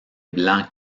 blancs